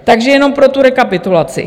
Takže jenom pro tu rekapitulaci.